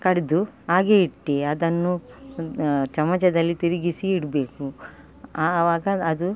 ಕಡೆದು ಹಾಗೆ ಇಟ್ಟು ಅದನ್ನು ಚಮಚದಲ್ಲಿ ತಿರುಗಿಸಿ ಇಡಬೇಕು ಆವಾಗ ಅದು